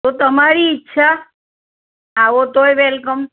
તો તમારી ઇચ્છા આવો તોય વેલકમ